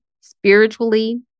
spiritually